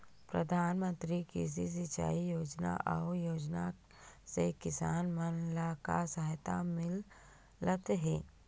प्रधान मंतरी कृषि सिंचाई योजना अउ योजना से किसान मन ला का सहायता मिलत हे?